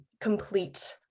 complete